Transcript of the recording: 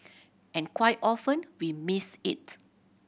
and quite often we missed it